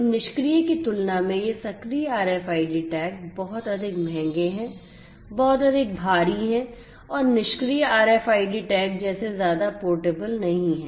तो निष्क्रिय की तुलना में ये सक्रिय आरएफआईडी टैग बहुत अधिक महंगे हैं बहुत अधिक भारी हैं और निष्क्रिय आरएफआईडी टैग जैसे ज्यादा पोर्टेबल नहीं हैं